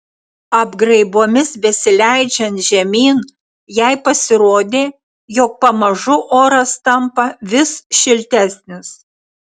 apgraibomis besileidžiant žemyn jai pasirodė jog pamažu oras tampa vis šiltesnis